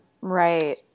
Right